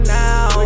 now